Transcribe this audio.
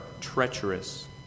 treacherous